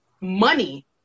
money